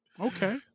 Okay